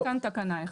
עד כאן תקנה אחת.